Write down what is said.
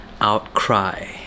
outcry